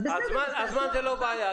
אז בסדר -- הזמן הוא לא בעיה.